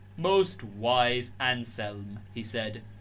most wise anselm, he said,